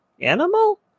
Animal